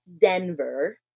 Denver